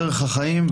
דרך החיים,